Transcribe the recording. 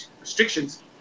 restrictions